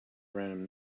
random